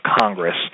Congress